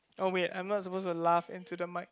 oh wait I am not supposed to laugh into the mic